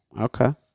Okay